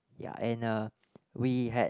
ya and uh we had